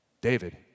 David